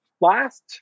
last